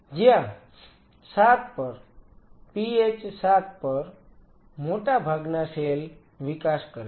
જ્યાં 7 પર pH 7 પર મોટાભાગના સેલ વિકાસ કરે છે